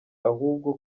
ahubwo